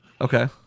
Okay